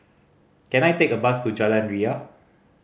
can I take a bus to Jalan Ria